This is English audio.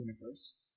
universe